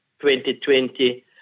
2020